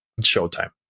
Showtime